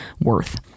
worth